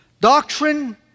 Doctrine